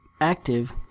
active